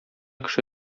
кеше